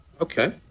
Okay